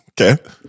Okay